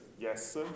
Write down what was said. yes